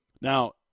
Now